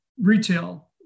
retail